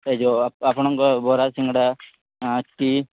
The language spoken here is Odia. ଏ ଯେଉଁ ଆପଣଙ୍କ ବରା ସିଙ୍ଗଡ଼ା ଟି